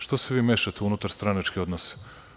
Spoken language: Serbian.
Što se vi mešate u unutarstranačke odnose?